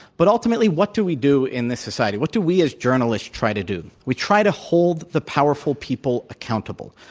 but ultimately, what do we do in this society? what do we, as journalists, try to do? we try to hold the powerful people accountable.